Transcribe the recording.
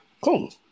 cool